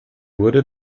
wurde